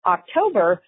October